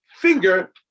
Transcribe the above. finger